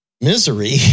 misery